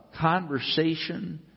conversation